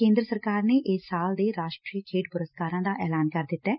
ਕੇਂਦਰ ਸਰਕਾਰ ਨੇ ਇਸ ਸਾਲ ਦੇ ਰਾਸ਼ਟਰੀ ਖੇਡ ਪੁਰਸਕਾਰਾਂ ਦਾ ਐਲਾਨ ਕਰ ਦਿੱਤੈ